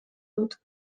dut